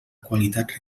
qualitat